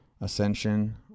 ascension